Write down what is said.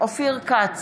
אופיר כץ,